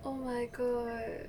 oh my god